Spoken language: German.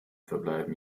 verbleiben